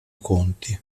conti